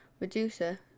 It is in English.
Medusa